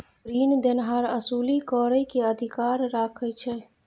रीन देनहार असूली करइ के अधिकार राखइ छइ